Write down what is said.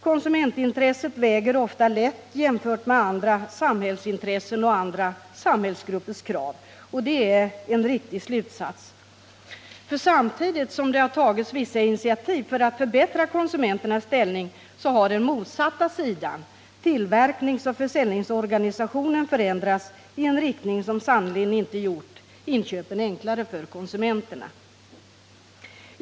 Konsumentintresset väger ofta lätt jämfört med andra samhällsintressen och andra samhällsgruppers krav.” Det är en helt riktig slutsats, för samtidigt som det tagits vissa initiativ för att förbättra konsumenternas ställning, så har den motsatta sidan — tillverkningsoch försäljningsorganisationen — förändrats i en riktning som sannerligen inte gjort inköpen enklare för konsumenterna.